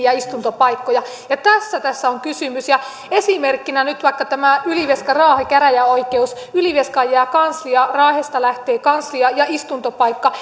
ja istuntopaikkoja laitetaan kiinni tästä tässä on kysymys ja esimerkkinä on nyt vaikka tämä ylivieska raahen käräjäoikeus ylivieskaan jää kanslia raahesta lähtee kanslia ja istuntopaikka